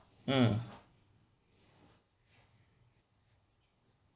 mm